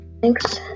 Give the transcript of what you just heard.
Thanks